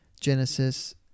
genesis